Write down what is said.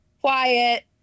quiet